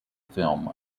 film